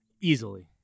Easily